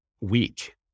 weak